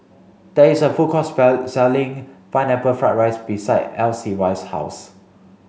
there is a food court selling pineapple fried rice Icy's house